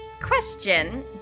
Question